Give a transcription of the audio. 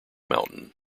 mountain